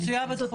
מצויה בתחומי.